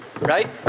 Right